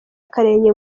akarenge